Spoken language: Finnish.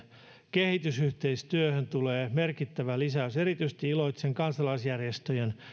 kehitysyhteistyöhön tulee merkittävä lisäys erityisesti iloitsen kansalaisjärjestöjen